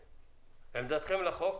מה עמדתכם לחוק?